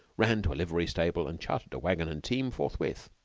ran to a livery-stable and chartered a wagon and team forthwith.